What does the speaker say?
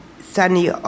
sunny